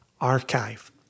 archive